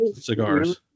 cigars